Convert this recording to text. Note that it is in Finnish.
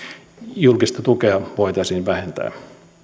julkista tukea voitaisiin vähentää